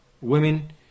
women